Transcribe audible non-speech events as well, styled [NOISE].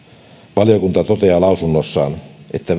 valiokunta toteaa mietinnössään että [UNINTELLIGIBLE]